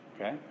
okay